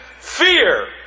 fear